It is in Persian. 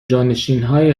جانشینانهای